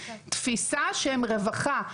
תפיסה שהם רווחה,